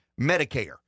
Medicare